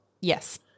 Yes